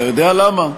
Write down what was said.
אתה יודע למה?